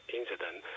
incident